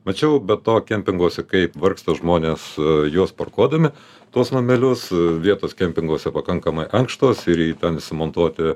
na čia jau be to kempinguose kaip vargsta žmonės juos parkuodami tuos namelius vietos kempinguose pakankamai ankštos ir į ten įsimontuoti